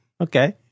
Okay